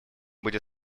будет